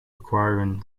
requiring